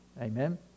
Amen